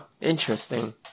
Interesting